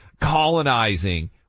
colonizing